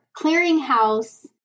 clearinghouse